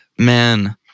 man